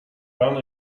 rana